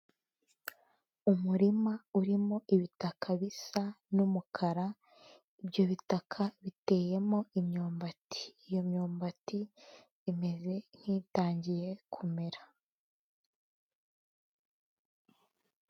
Umurima urimo ibitaka bisa n'umukara ibyo bita biteyemo imyumbati, iyo myumbati imeze nk'itangiye kumera.